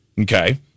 Okay